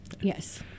Yes